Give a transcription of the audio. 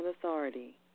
authority